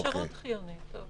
לתקן את הטלפון שלו, למשל.